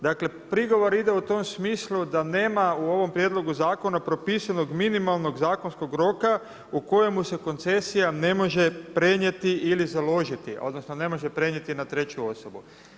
Dakle prigovor ide u tom smislu da nema u ovom prijedlogu zakona propisanog minimalnog zakonskog roka u kojemu se koncesija ne može prenijeti ili založiti odnosno ne može prenijeti na treću osobu.